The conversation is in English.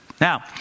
now